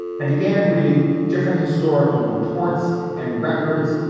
i began reading different historical reports and records,